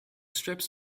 strips